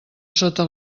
sota